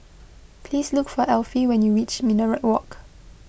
please look for Elfie when you reach Minaret Walk